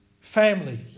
Family